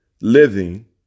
living